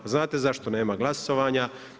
Znate zašto nema glasovanja?